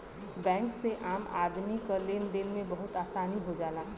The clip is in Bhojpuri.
बैंक से आम आदमी क लेन देन में बहुत आसानी हो जाला